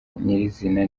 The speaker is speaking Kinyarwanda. nyir’izina